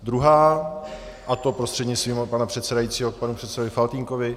Druhá, a to prostřednictvím pana předsedajícího k panu předsedovi Faltýnkovi.